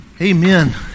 Amen